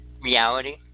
reality